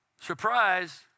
Surprise